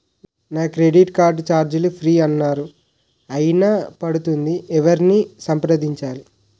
నా credit card ఛార్జీలు free అన్నారు అయినా పడుతుంది ఎవరిని సంప్రదించాలి?